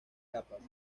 capas